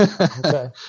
Okay